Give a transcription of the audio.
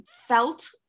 felt